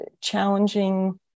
challenging